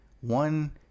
one